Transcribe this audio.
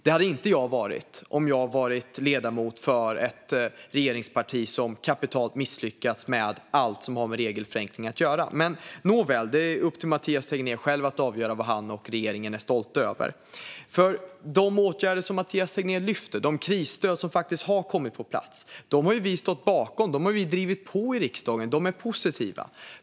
Det hade inte jag varit om jag varit ledamot för ett regeringsparti som kapitalt misslyckats med allt som har med regelförenkling att göra. Nåväl - det är upp till Mathias Tegnér själv att avgöra vad han och regeringen är stolta över. De åtgärder som Mathias Tegnér lyfter fram, de krisstöd som faktiskt har kommit på plats, har ju vi stått bakom. Vi har ju drivit på dem i riksdagen. De är positiva.